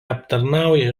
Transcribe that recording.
aptarnauja